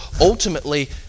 ultimately